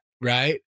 right